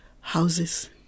houses